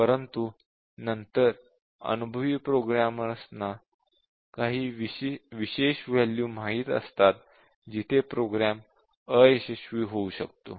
परंतु नंतर अनुभवी प्रोग्रामरना काही विशेष वॅल्यू माहित असतात जिथे प्रोग्राम अयशस्वी होऊ शकतो